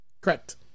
correct